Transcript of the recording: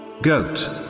Goat